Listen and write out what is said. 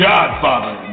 Godfather